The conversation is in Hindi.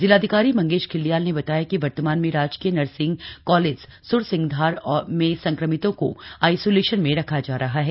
जिलाधिकारी मंगेश घिल्डियाल ने बताया कि वर्तमान में राजकीय नर्सिंग कॉलेज स्रसिंगधार में संक्रमितों को आइसोलेशन में रखा जा रहा है